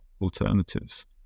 alternatives